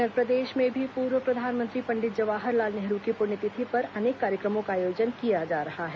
इधर प्रदेश में भी पूर्व प्रधानमंत्री पंडित जवाहर लाल नेहरू की पुण्यतिथि पर अनेक कार्यक्रमों का आयोजन किया जा रहा है